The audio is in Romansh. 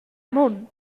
mund